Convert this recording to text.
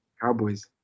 Cowboys